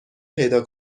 پیدا